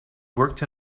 worked